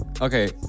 okay